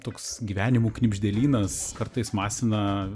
toks gyvenimų knibždėlynas kartais masina